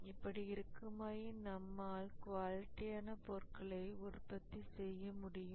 இப்படி இருக்குமாயின் நம்மால் குவாலிட்டியான பொருட்களை உற்பத்தி செய்ய முடியும்